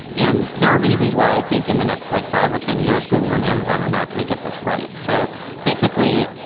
and there are reasons why i think in the next like five or ten years, google and amazon are not going to get this right. so basically,